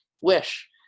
wish